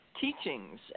teachings